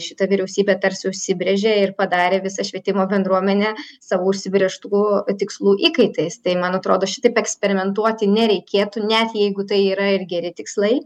šita vyriausybė tarsi užsibrėžė ir padarė visą švietimo bendruomenę savo užsibrėžtų tikslų įkaitais tai man atrodo šitaip eksperimentuoti nereikėtų net jeigu tai yra ir geri tikslai